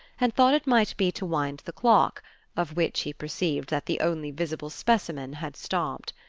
and thought it might be to wind the clock of which he perceived that the only visible specimen had stopped.